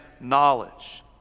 knowledge